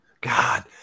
god